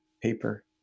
paper